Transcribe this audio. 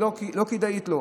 היא לא כדאית לו.